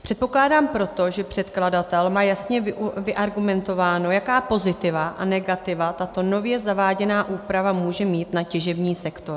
Předpokládám proto, že předkladatel má jasně vyargumentováno, jaká pozitiva a negativa tato nově zaváděná úprava může mít na těžební sektor.